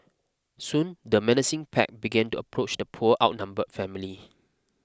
soon the menacing pack began to approach the poor outnumbered family